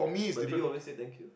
but do you always say thank you